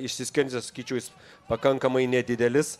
išsiskiriantis skaičius jis pakankamai nedidelis